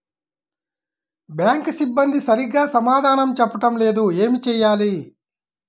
Bank సిబ్బంది సరిగ్గా సమాధానం చెప్పటం లేదు ఏం చెయ్యాలి?